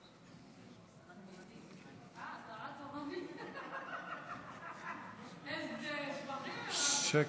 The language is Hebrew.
אה, השרה התורנית, איזה שבחים, שקט.